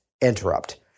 interrupt